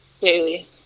Daily